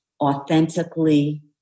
Authentically